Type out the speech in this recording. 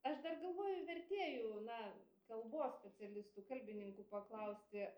aš dar galvoju vertėjų na kalbos specialistų kalbininkų paklausti